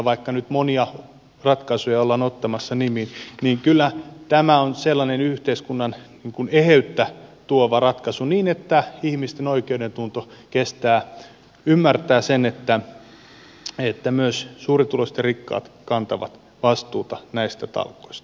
vaikka nyt monia ratkaisuja ollaan ottamassa nimiin niin kyllä tämä on sellainen yhteiskunnan eheyttä tuova ratkaisu niin että ihmisten oikeudentunto kestää ymmärtää sen että myös suurituloiset ja rikkaat kantavat vastuuta näistä talkoista